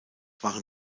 waren